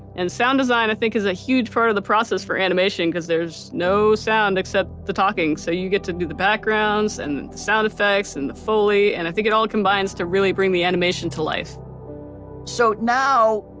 and sound design i think is a huge part of the process for animation because there's no sound except the talking, so you get to do that backgrounds and the sound effects, and the foley, and i think it all combines to really bring the animation to life so now,